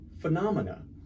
phenomena